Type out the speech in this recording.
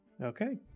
Okay